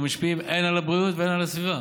המשפיעים הן על הבריאות והן על הסביבה.